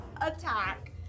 attack